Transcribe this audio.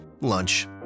lunch